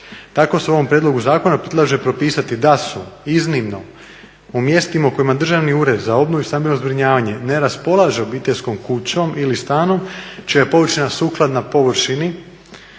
Tako se u ovom prijedlogu zakona predlaže propisati da su iznimno u mjestima u kojima Državni ured za obnovu i stambeno zbrinjavanje ne raspolaže obiteljskom kućom ili stanom čija je površina sukladna površini